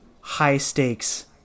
high-stakes